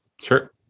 Sure